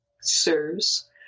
serves